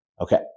Okay